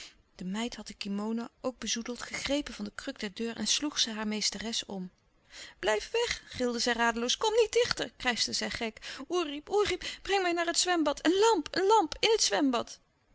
de meid had de kimono ook bezoedeld gegrepen van den kruk der deur en sloeg ze haar meesteres om blijf weg gilde zij radeloos kom niet dichter krijschte zij gek oerip oerip breng mij naar het zwembad een lamp een lamp in het zwembad